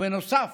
ובנוסף